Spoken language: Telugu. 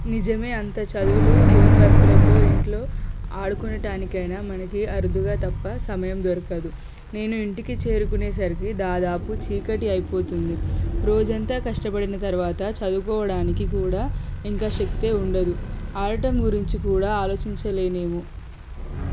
నిజమే అంత చదువులు హోం వర్కులతో ఇంట్లో ఆడుకోవటానికైనా మనకి అరుదుగా తప్ప సమయం దొరకదు నేను ఇంటికి చేరుకునేసరికి దాదాపు చీకటి అయిపోతుంది రోజంతా కష్టపడిన తరువాత చదువుకోవడానికి కూడా ఇంక శక్తే ఉండదు ఆడటం గురించి కూడా ఆలోచించలేనేమో